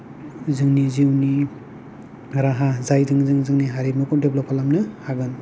जोंनि जिउनि राहा जायजों जों जोंनि हारिमुखौ डेभ्लप खालामनो हागोन